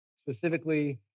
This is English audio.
specifically